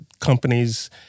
companies